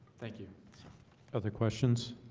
thank you other questions